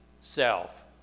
self